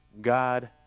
God